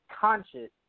conscious